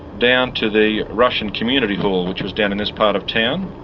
down to the russian community hall, which was down in this part of town,